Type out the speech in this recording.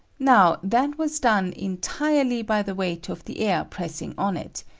now that was done entirely by the weight of the air pressing on it,